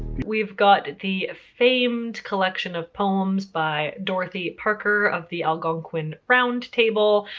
we've got the famed collection of poems by dorothy parker of the algonquin round table.